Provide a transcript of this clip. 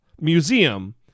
museum